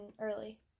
early